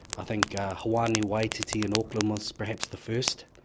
i think hoani waititi in auckland was perhaps the first,